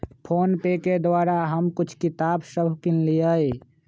PhonePe के द्वारा हम कुछ किताप सभ किनलियइ